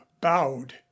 bowed